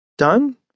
done